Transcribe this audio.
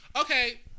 okay